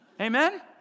Amen